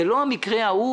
זה לא המקרה של משרד התחבורה,